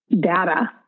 data